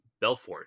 Belfort